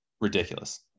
ridiculous